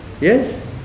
Yes